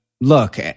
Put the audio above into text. look